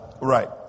Right